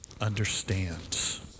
understands